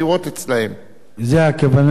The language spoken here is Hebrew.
אבל זה תלוי בכבוד השר.